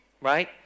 right